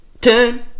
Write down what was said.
turn